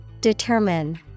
Determine